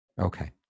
Okay